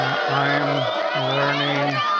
um i'm learning